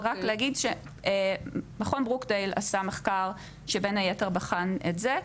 רק אני אגיד שמכון ברוקדייל עשה מחקר שבין היתר בחן את זה.